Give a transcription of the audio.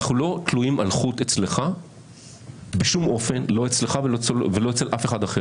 אנחנו לא תלויים על חוט אצלך בשום אופן לא אצלך ולא אצל אף אחד אחר.